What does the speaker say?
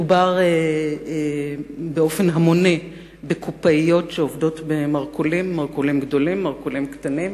מדובר באופן המוני בקופאיות שעובדות במרכולים גדולים ובמרכולים קטנים.